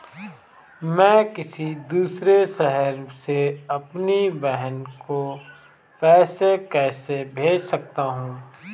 मैं किसी दूसरे शहर से अपनी बहन को पैसे कैसे भेज सकता हूँ?